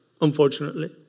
unfortunately